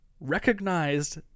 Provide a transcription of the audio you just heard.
recognized